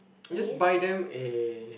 just buy them a